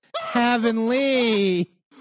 Heavenly